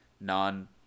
non